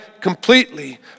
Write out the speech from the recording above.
completely